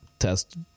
test